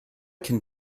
can